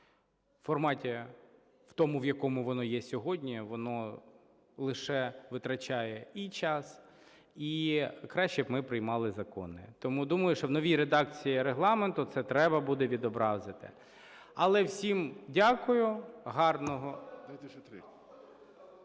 в тому, в якому воно є сьогодні, воно лише витрачає і час, і краще б ми приймали закони. Тому, думаю, що в новій редакції Регламенту це треба буде відобразити. Але всім дякую. Гарного...